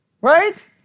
Right